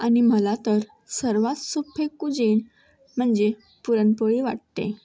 आणि मला तर सर्वात सोपे कुझीन म्हणजे पुरणपोळी वाटते